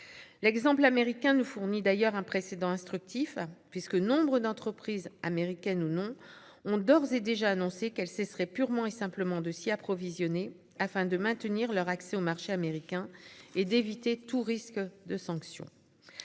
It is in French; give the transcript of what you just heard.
L'exemple américain nous fournit d'ailleurs un précédent instructif, puisque nombre d'entreprises, américaines ou non, ont d'ores et déjà annoncé qu'elles cesseraient purement et simplement de s'y approvisionner, afin de maintenir leur accès au marché américain et d'éviter tout risque de sanction. À